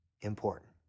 important